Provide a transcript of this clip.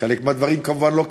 חלק מהדברים כמובן לא קיבלנו,